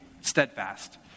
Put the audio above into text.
steadfast